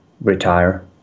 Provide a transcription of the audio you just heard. retire